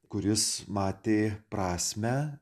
kuris matė prasmę